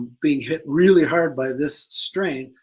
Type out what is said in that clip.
being hit really hard by this strain.